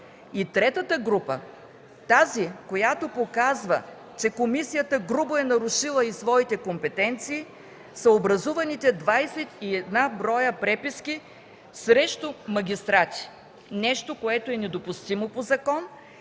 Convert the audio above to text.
Третата група, тази която показва, че комисията грубо е нарушила и своите компетенции, са образуваните 21 броя преписки срещу магистрати, нещо недопустимо по закон,